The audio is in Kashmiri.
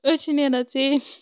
أسۍ چھِ نیران ژیٖرۍ